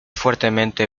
fuertemente